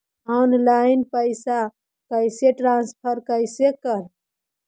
Online पैसा कैसे transfer कैसे कर?